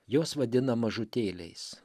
jos vadina mažutėliais